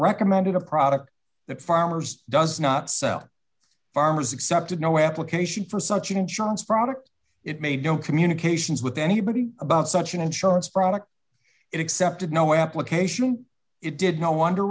recommended a product that farmers does not sell farmers accepted no application for such an insurance product it made no communications with anybody about such an insurance product it accepted no application it did no wonder